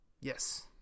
Yes